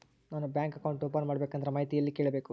ನಾನು bank account open ಮಾಡಬೇಕಂದ್ರ ಮಾಹಿತಿ ಎಲ್ಲಿ ಕೇಳಬೇಕು?